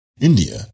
India